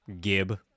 Gib